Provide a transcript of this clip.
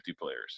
players